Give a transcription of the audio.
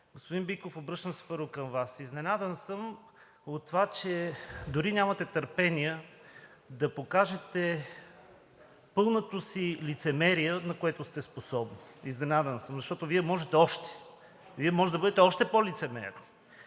Господин Биков, обръщам се първо към Вас. Изненадан съм, че дори нямате търпение да покажете пълното лицемерие, на което сте способни. Изненадан съм, защото Вие можете още. Вие можете да бъдете още по-лицемер!